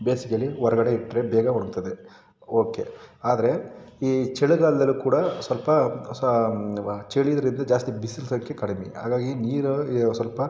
ಬೇಸಿಗೆಯಲ್ಲಿ ಹೊರಗಡೆ ಇಟ್ಟರೆ ಬೇಗ ಒಣಗ್ತದೆ ಓಕೆ ಆದರೆ ಈ ಚಳಿಗಾಲದಲ್ಲಿ ಕೂಡ ಸ್ವಲ್ಪ ಸ ಚಳಿ ಇರೋದರಿಂದ ಜಾಸ್ತಿ ಬಿಸಿಲಿ ಸಂಖ್ಯೆ ಕಡಿಮೆ ಹಾಗಾಗಿ ನೀರು ಸ್ವಲ್ಪ